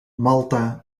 malta